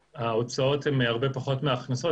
ההוצאות הן הרבה פחות מההכנסות,